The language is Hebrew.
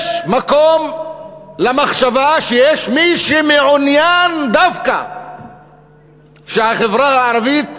יש מקום לַמחשבה שיש מי שמעוניין דווקא שהחברה הערבית,